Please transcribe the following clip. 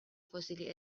فسیلی